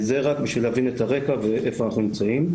זה רק בשביל להבין את הרקע ואיפה אנחנו נמצאים.